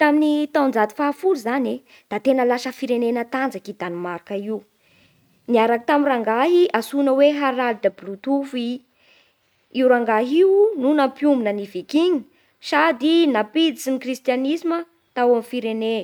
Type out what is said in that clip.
Tamin'ny taonjato fahafolo zany e da tena lasa firenena matanjaky i Danemarka io. Niaraky tamin'ny rangahy antsoina hoe Harald Bluetooth i. Io rangahy io no nampiombona ny viking sady nampiditsy ny kristianisma tao amin'ny firene.